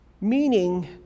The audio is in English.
Meaning